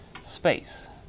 space